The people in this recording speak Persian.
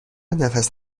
نفس